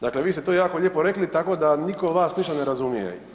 Dakle, vi ste to jako lijepo rekli tako da niko vas ništa ne razumije.